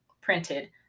printed